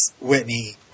Whitney